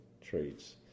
traits